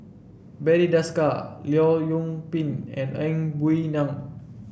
Barry Desker Leong Yoon Pin and Ang Wei Neng